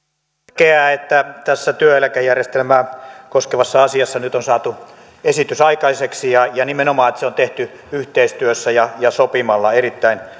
tärkeää että tässä työeläkejärjestelmää koskevassa asiassa nyt on saatu esitys aikaiseksi ja ja nimenomaan se että se on tehty yhteistyössä ja ja sopimalla on erittäin